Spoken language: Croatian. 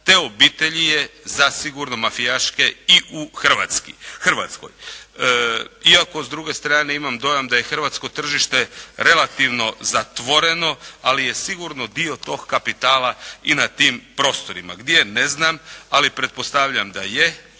te obitelji je zasigurno mafijaške, i u Hrvatskoj. Iako s druge strane imam dojam da je hrvatsko tržište relativno zatvoreno, ali je sigurno dio tog kapitala i na tim prostorima. Gdje ne znam, ali pretpostavljam da je,